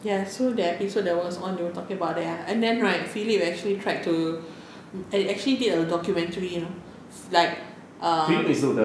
ya so that's what we were talking about and then right philip actually tried to actually did a documentary you know like